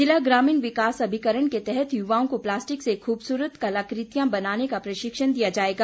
जिला ग्रामीण विकास अभिकरण के तहत युवाओं को प्लास्टिक से खूबसूरत कलाकृतियां बनाने का प्ररिक्षण दिया जायेगा